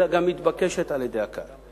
אלא גם מתבקשת על-ידי הקהל.